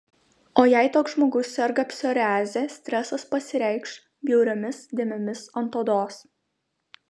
o jei toks žmogus serga psoriaze stresas pasireikš bjauriomis dėmėmis ant odos